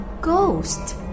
ghost